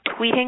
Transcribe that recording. tweeting